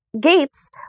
Gates